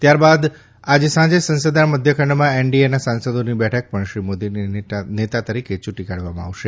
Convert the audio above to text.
ત્યારબાદ આજે સાંજે સંસદના મધ્ય ખંડમાં એનડીએના સાંસદોની બેઠકમાં પણ શ્રી મોદીને નેતા તરીકે ચૂંટીકાઢવામાં આવશે